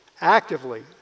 actively